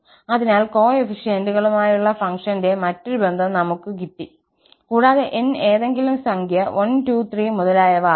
അതിനാൽ കോഎഫിഷ്യന്റ്കളുമായുള്ള ഫംഗ്ഷന്റെ മറ്റൊരു ബന്ധം നമുക് കിട്ടി കൂടാതെ n ഏതെങ്കിലും സംഖ്യ 1 2 3 മുതലായവ ആകാം